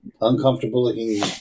uncomfortable-looking